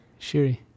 shiri